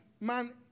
man